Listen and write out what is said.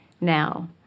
Now